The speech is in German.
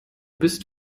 bist